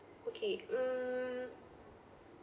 okay uh